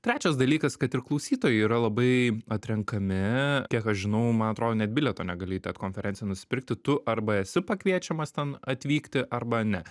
trečias dalykas kad ir klausytojai yra labai atrenkami kiek aš žinau man atrodo net bilieto negali į ted konferenciją nusipirkti tu arba esi pakviečiamas ten atvykti arba ne